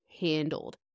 handled